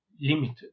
limited